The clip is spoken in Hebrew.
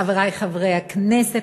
חברי חברי הכנסת,